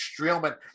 Streelman